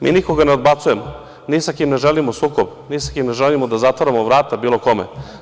Mi nikoga ne odbacujemo, ni sa kim ne želimo sukob, ni sa kim ne želimo da zatvaramo vrata bilo kome.